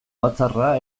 batzarra